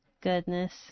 Goodness